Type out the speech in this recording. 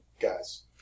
guys